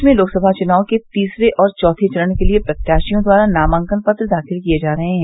प्रदेश में लोकसभा चुनाव के तीसरे और चौथे चरण के लिये प्रत्याशियों द्वारा नामांकन पत्र दाखिल किये जा रहे हैं